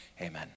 amen